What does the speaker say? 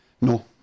No